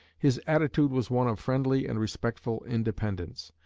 his attitude was one of friendly and respectful independence.